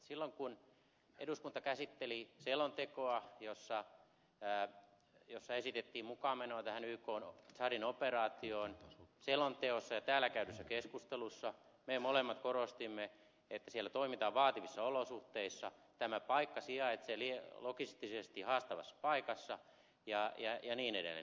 silloin kun eduskunta käsitteli selontekoa jossa esitettiin mukaanmenoa tähän ykn tsadin operaatioon selonteossa ja täällä käydyssä keskustelussa me molemmat korostimme että siellä toimitaan vaativissa olosuhteissa tämä paikka on sijainniltaan logistisesti haastava ja niin edelleen